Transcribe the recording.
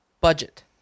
budget